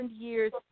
years